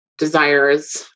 Desires